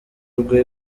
rwe